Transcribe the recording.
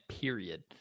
period